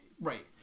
Right